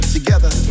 Together